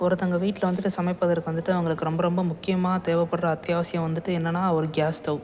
ஒருத்தங்க வீட்டில் வந்துட்டு சமைப்பதற்கு வந்துட்டு அவங்களுக்கு ரொம்ப ரொம்ப முக்கியமாக தேவைப்படுற அத்தியாவசியம் வந்துட்டு என்னென்னா ஒரு கேஸ் ஸ்டவ்